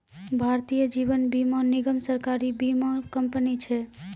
भारतीय जीवन बीमा निगम, सरकारी बीमा कंपनी छै